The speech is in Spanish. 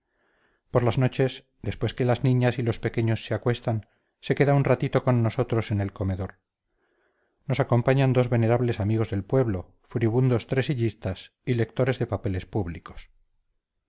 por las noches después que las niñas y los pequeños se acuestan se queda un ratito con nosotros en el comedor nos acompañan dos venerables amigos del pueblo furibundos tresillistas y lectores de papeles públicos